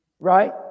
Right